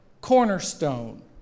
cornerstone